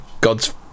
God's